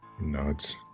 Nods